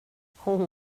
hon